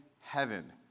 heaven